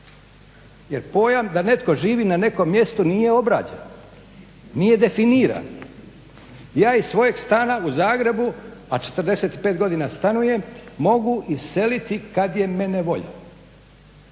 Jer pojam da netko živi na nekom mjestu nije obrađena, nije definirana. Ja iz svojeg stana u Zagrebu, a 45 godina stanujem mogu iseliti kad je mene volja.